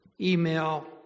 email